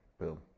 Boom